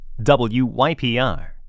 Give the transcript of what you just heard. WYPR